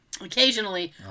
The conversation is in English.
occasionally